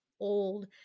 Old